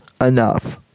enough